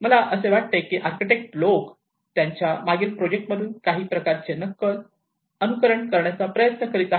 मला असे वाटते की आर्किटेक्ट्स लोक त्यांच्या मागील प्रोजेक्ट मधून काही प्रकारचे नक्कल अनुकरण करण्याचा प्रयत्न करीत आहेत